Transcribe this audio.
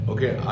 Okay